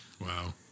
Wow